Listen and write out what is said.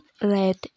red